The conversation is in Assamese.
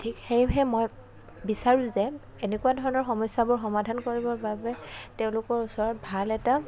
ঠিক সেয়েহে মই বিচাৰোঁ যে এনেকুৱা ধৰণৰ সমস্য়াবোৰ সমাধান কৰিবৰ বাবে তেওঁলোকৰ ওচৰত ভাল এটা